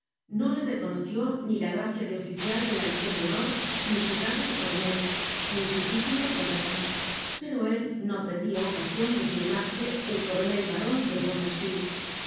no le reconoció ni la gracia de oficial de la legion de honor ni su grado de coronel ni su título de baron pero él no perdia ocasion de firmarse el coronel ba ron de